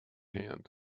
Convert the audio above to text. hand